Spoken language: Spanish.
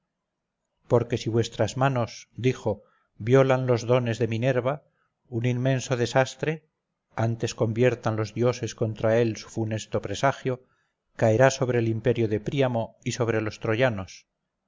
porque si vuestras manos dijo violan los dones de minerva un inmenso desastre antes conviertan los dioses contra él su funesto presagio caerá sobre el imperio de príamo y sobre los troyanos